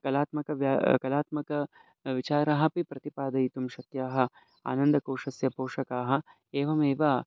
कलात्मकः व्य कलात्मकः विचारः अपि प्रतिपादयितुं शक्याः आनन्दकोषस्य पोषकाः एवमेव